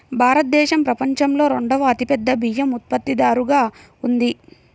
భారతదేశం ప్రపంచంలో రెండవ అతిపెద్ద బియ్యం ఉత్పత్తిదారుగా ఉంది